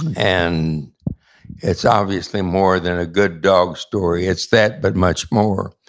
and and it's obviously more than a good dog story. it's that but much more.